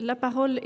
La parole